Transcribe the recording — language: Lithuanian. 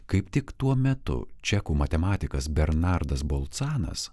kaip tik tuo metu čekų matematikas bernardas boltsanas